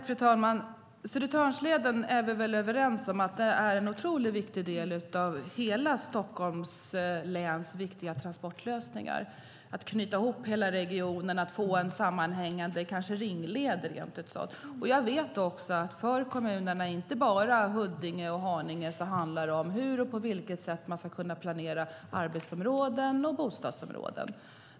Fru talman! Vi är nog överens om att Södertörnsleden är en oerhört viktig del av hela Stockholms läns transportlösning. Det gäller att knyta ihop hela regionen och kanske rent av få en sammanhängande ringled. Jag vet att det för kommunerna, inte bara Huddinge och Haninge, handlar om på vilket sätt man ska kunna planera arbetsområden och bostadsområden.